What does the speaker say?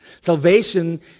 Salvation